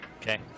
Okay